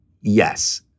yes